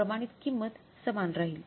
प्रमाणित किंमत समान राहील